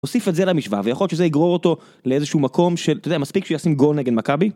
הוסיף את זה למשוואה, ויכול להיות שזה יגרור אותו לאיזשהו מקום של, אתה יודע, מספיק שישים גול נגד מכבי?